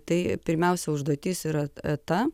tai pirmiausia užduotis yra ta